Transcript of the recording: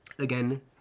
Again